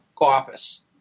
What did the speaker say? office